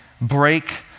break